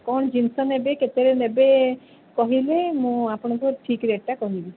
କ'ଣ ଜିନିଷ ନେବେ କେତେବେଳେ ନେବେ କହିଲେ ମୁଁ ଆପଣଙ୍କୁ ଠିକ୍ ରେଟ୍ଟା କହିବି